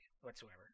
whatsoever